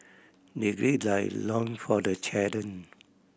they gird their loin for the challenge